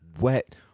wet